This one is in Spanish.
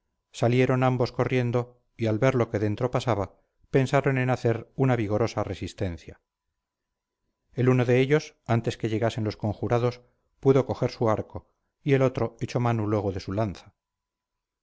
salieran ambos corriendo y al ver lo que dentro pasaba pensaron en hacer una vigorosa resistencia el uno de ellos antes que llegasen los conjurados pudo coger su arco y el otro echó mano luego de su lanza